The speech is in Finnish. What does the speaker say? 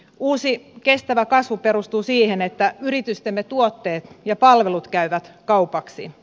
uusi kestävä kasvu perustuu siihen että yritystemme tuotteet ja palvelut käyvät kaupaksi